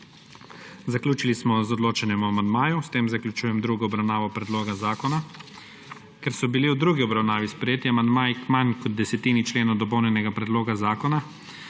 Zaključili smo z odločanjem o amandmaju. S tem zaključujem drugo obravnavo predloga zakona. Ker so bili v drugi obravnavi sprejeti amandmaji k manj kot desetini členov dopolnjenega predloga zakona